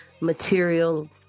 material